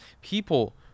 People